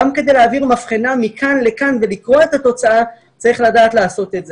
גם כדי להעביר מבחנה מכאן לכאן ולקרוא את התוצאה צריך לדעת לעשות את זה.